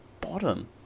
bottom